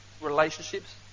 relationships